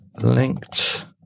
linked